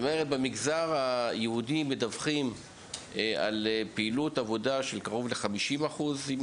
כאשר במגזר היהודי מדווחים על פעילות עבודה של קרוב ל-50%.